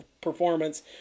performance